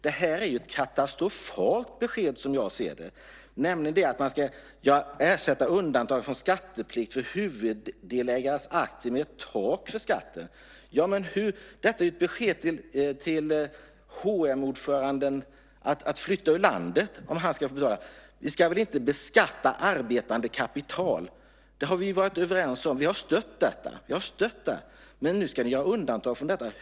Det är ett katastrofalt besked, som jag ser det, att man ska ersätta undantag från skatteplikt för huvuddelägares aktier med ett tak för skatten. Detta är ju ett besked till H & M-ordföranden att flytta från landet. Vi ska väl inte beskatta arbetande kapital. Det har vi varit överens om, och vi har stött detta. Men nu ska nu göra undantag från detta.